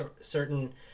certain